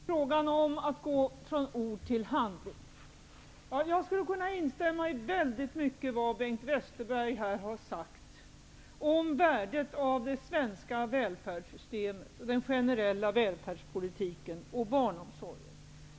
Herr talman! Frågan om att gå från ord till handling! Jag skulle kunna instämma i väldigt mycket av vad Bengt Westerberg här har sagt om värdet av det svenska välfärdssystemet, den gene rella välfärdspolitiken och barnomsorgen.